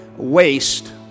waste